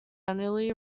annually